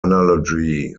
analogy